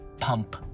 pump